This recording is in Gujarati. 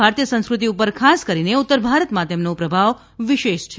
ભારતીય સંસ્કૃતિ પર ખાસ કરીને ઉત્તર ભારતમાં તેમનો પ્રભાવ વિશેષ છે